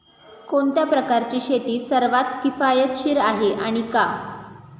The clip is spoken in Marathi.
कोणत्या प्रकारची शेती सर्वात किफायतशीर आहे आणि का?